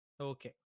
Okay